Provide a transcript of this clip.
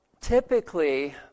Typically